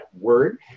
word